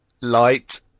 light